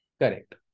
correct